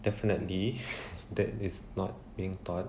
definitely that is not being taught